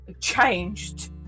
changed